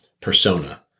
persona